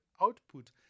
output